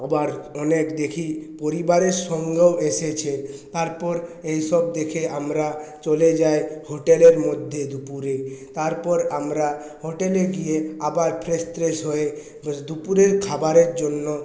আবার অনেক দেখি পরিবারের সঙ্গেও এসেছে তারপর এইসব দেখে আমরা চলে যাই হোটেলের মধ্যে দুপুরে তারপর আমরা হোটেলে গিয়ে আবার ফ্রেশ ট্রেশ হয়ে দুপুরের খাবারের জন্য বসি